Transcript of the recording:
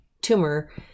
tumor